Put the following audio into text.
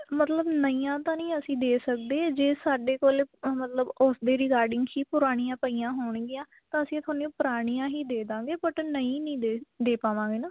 ਮਤਲਬ ਨਈਆਂ ਤਾਂ ਨਹੀਂ ਅਸੀਂ ਦੇ ਸਕਦੇ ਜੇ ਸਾਡੇ ਕੋਲ ਮਤਲਬ ਉਸ ਦੇ ਰਿਗਾਰਡਿੰਗ ਹੀ ਪੁਰਾਣੀਆਂ ਪਈਆਂ ਹੋਣਗੀਆਂ ਤਾਂ ਅਸੀਂ ਤੁਹਾਨੂੰ ਪੁਰਾਣੀਆਂ ਹੀ ਦੇ ਦਿਆਂਗੇ ਬਟ ਨਈ ਨਹੀਂ ਦੇ ਦੇ ਪਾਵਾਂਗੇ ਨਾ